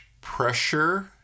pressure